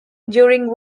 during